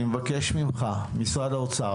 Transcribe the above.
אני מבקש ממך משרד האוצר,